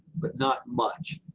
but not much.